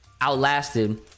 Outlasted